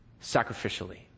sacrificially